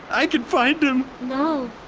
i can find him no.